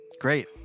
Great